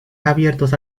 abiertos